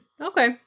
Okay